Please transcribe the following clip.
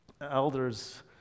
Elders